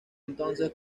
entonces